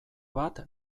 bat